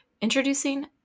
Introducing